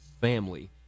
family